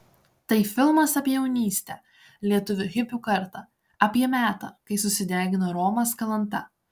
tai filmas apie jaunystę lietuvių hipių kartą apie metą kai susidegino romas kalanta